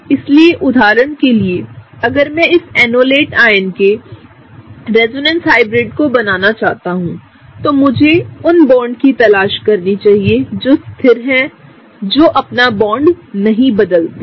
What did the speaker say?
इसलिए उदाहरण के लिए अगर मैं इस एनोलेट आयन के रेजोनेंस हाइब्रिड को बनाना चाहता हूं तो मुझे उन बॉन्ड की तलाश करनी चाहिए जो स्थिर हैं जो बॉन्ड नहीं बदलते हैं